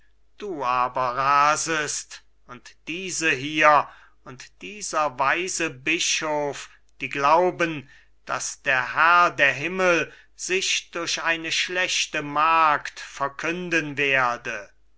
du aber rasest und diese hier und dieser weise bischof die glauben daß der herr der himmel sich durch eine schlechte magd verkünden werde